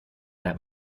that